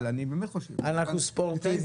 אנחנו ספורטיביים.